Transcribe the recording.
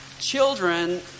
Children